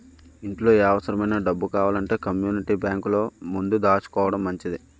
ఇంట్లో ఏ అవుసరమైన డబ్బు కావాలంటే కమ్మూనిటీ బేంకులో ముందు దాసుకోడం మంచిది